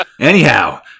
Anyhow